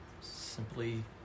simply